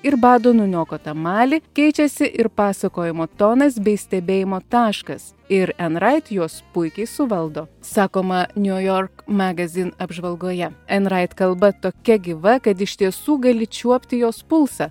ir bado nuniokotą malį keičiasi ir pasakojimo tonas bei stebėjimo taškas ir enrait puikiai suvaldo sakoma niujork megazin apžvalgoje enrait kalba tokia gyva kad iš tiesų gali čiuopti jos pulsą